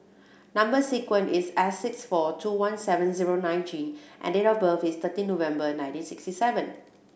number sequence is S six four two one seven zero nine G and date of birth is thirteen November ninety sixty seven